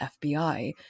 FBI